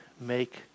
make